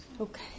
Okay